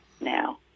now